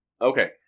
Okay